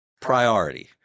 priority